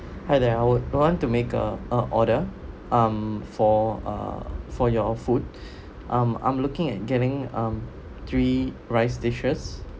hi there I would want to make a a order um for uh for your food um I'm looking at getting um three rice dishes